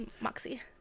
Moxie